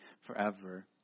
forever